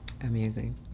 amazing